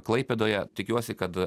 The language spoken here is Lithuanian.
klaipėdoje tikiuosi kad